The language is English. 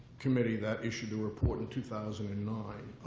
committee that issued a report in two thousand and nine.